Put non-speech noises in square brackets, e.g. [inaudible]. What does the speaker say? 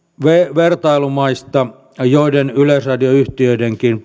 vertailumaista joiden yleisradioyhtiöidenkin [unintelligible]